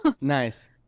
Nice